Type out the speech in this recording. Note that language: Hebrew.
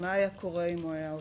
ומה היה קורה אם הוא היה עובד מדינה?